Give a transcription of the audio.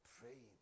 Praying